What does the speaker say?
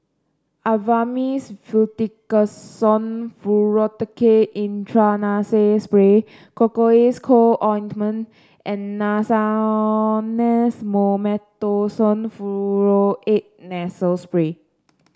Avamys Fluticasone Furoate Intranasal Spray Cocois Co Ointment and Nasonex Mometasone Furoate Nasal Spray